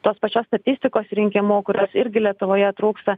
tos pačios statistikos rinkimu kurios irgi lietuvoje trūksta